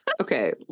okay